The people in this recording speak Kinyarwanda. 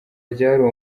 ryari